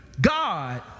God